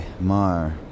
Mar